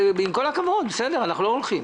עם כל הכבוד, בסדר, אנחנו לא הולכים.